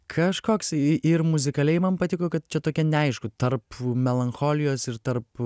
kažkoks i ir muzikaliai man patiko kad čia tokia neaišku tarp melancholijos ir tarp